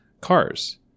cars